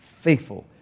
faithful